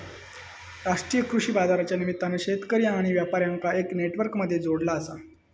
राष्ट्रीय कृषि बाजारच्या निमित्तान शेतकरी आणि व्यापार्यांका एका नेटवर्क मध्ये जोडला आसा